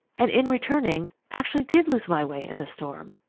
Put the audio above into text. and in returning, actually did lose my way in the storm.